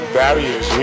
barriers